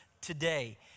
today